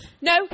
no